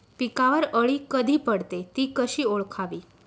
पिकावर अळी कधी पडते, ति कशी ओळखावी?